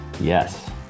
yes